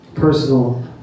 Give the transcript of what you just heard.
personal